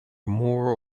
more